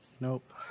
Nope